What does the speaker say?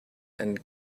and